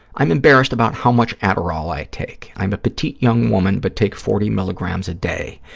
i'm embarrassed about how much adderall i take. i'm a petite young woman but take forty milligrams a day.